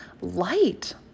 light